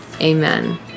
amen